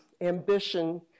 ambition